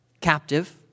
captive